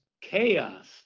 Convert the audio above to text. chaos